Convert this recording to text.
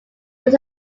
but